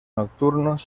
nocturnos